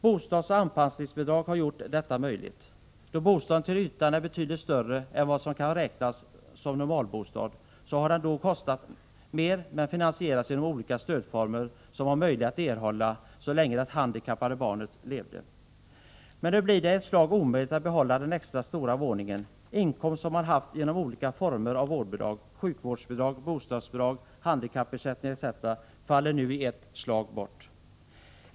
Bostadsoch anpassningsbidrag har gjort detta möjligt. Då bostaden till ytan är betydligt större än vad som kan räknas som normalbostad, så har den kostat mer men finansierats genom olika stödformer, som var möjliga att erhålla så länge det handikappade barnet levde. Men nu blir det i ett slag omöjligt att behålla den extra stora våningen. Inkomst som man haft genom olika former av vårdbidrag, sjukvårdsbidrag, bostadsbidrag, handikappersättning etc. faller nu i ett slag bort.